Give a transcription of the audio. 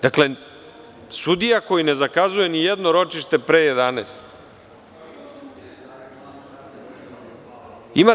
Dakle, sudija koji ne zakazuje nijedno ročište pre 11,00 časova.